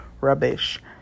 Rubbish